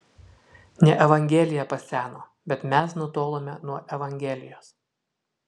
ne evangelija paseno bet mes nutolome nuo evangelijos